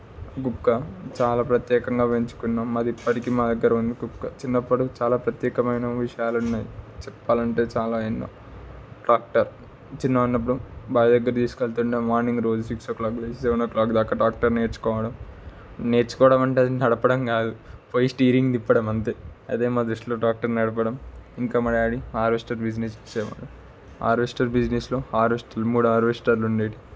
కుక్క చాలా ప్రత్యేకంగా పెంచుకున్నాం అది ఇప్పటికీ మా దగ్గర ఉంది కుక్క చిన్నప్పుడు చాలా ప్రత్యేకమైన విషయాలని చెప్పాలంటే చాలా ఎన్నో ట్రాక్టర్ చిన్నగా ఉన్నప్పుడు బావి దగ్గరికి తీసుకెళ్తుండే మార్నింగ్ రోజు సిక్స్ ఓ క్లాక్కి పోయి సెవెన్ ఓ క్లాక్ దాకా ట్రాక్టర్ నేర్చుకోవడం నేర్చుకోవడం అంటే నడపడం కాదు పోయి స్టీరింగ్ తిప్పడం అంతే అదే మా దృష్టిలో ట్రాక్టర్ నడపడం ఇంకా మా డాడీ హార్వెస్టర్ బిజినెస్ చేసేవారు హార్వెస్టర్ బిజినెస్లో హార్వెస్ట్ మూడు హార్వెస్ట్ర్లు ఉండేటి